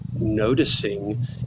noticing